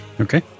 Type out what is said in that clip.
Okay